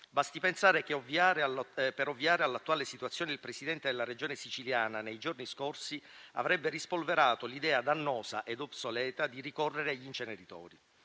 Basti pensare che, per ovviare all'attuale situazione, il Presidente della Regione Sicilia nei giorni scorsi avrebbe rispolverato l'idea dannosa e obsoleta di ricorrere agli inceneritori.